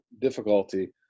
difficulty